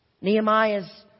Nehemiah's